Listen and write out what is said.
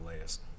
last